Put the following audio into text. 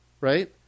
right